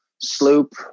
sloop